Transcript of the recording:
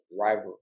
rivalry